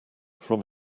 from